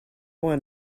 want